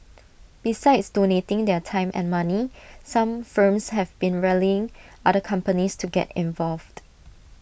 besides donating their time and money some firms have been rallying other companies to get involved